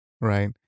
right